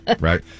right